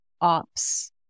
ops